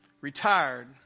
retired